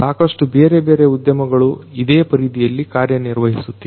ಸಾಕಷ್ಟು ಬೇರೆ ಬೇರೆ ಉದ್ಯಮಗಳು ಇದೇ ಪರಿಧಿಯಲ್ಲಿ ಕಾರ್ಯನಿರ್ವಹಿಸುತ್ತಿವೆ